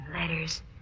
Letters